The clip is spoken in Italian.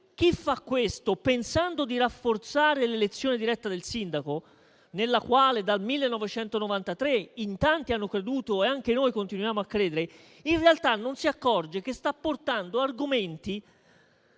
chi fa questo pensando di rafforzare l'elezione diretta del sindaco, nella quale dal 1993 in tanti hanno creduto e in cui anche noi continuiamo a credere, in realtà non si accorge che sta portando argomenti